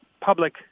public